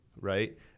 Right